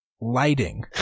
lighting